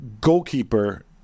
goalkeeper